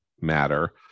matter